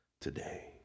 today